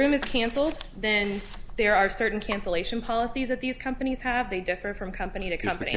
is cancelled then there are certain cancellation policies that these companies have they differ from company to company